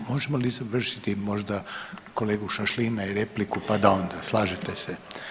Možemo li završiti možda kolegu Šašlina i repliku pa da onda, slažete se?